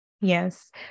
Yes